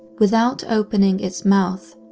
without opening its mouth,